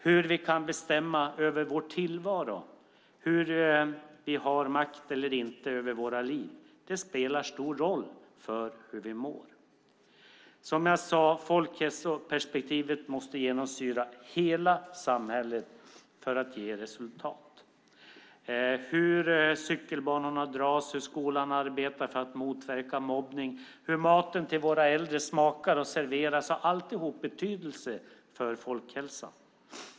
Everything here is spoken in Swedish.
Hur vi kan bestämma över vår tillvaro och om vi har makt över våra liv spelar stor roll för hur vi mår. Folkhälsoperspektivet måste, som jag sade, genomsyra hela samhället för att ge resultat. Hur cykelbanorna dras, hur skolan arbetar för att motverka mobbning och hur maten till våra äldre smakar och serveras - allt har betydelse för folkhälsan.